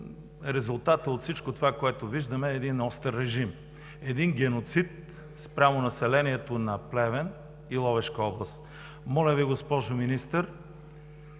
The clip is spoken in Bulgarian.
Резултатът от всичко това, което виждаме, е един остър режим, един геноцид спрямо населението на Плевен и Ловешка област. Моля Ви, госпожо Министър,